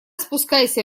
спускайся